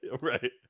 Right